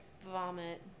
vomit